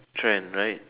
trend right